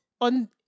On